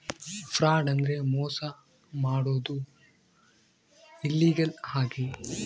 fraud ಅಂದ್ರೆ ಮೋಸ ಮಾಡೋದು ಇಲ್ಲೀಗಲ್ ಆಗಿ